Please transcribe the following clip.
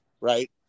right